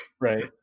right